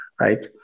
right